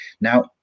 now